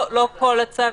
לא כל הצו,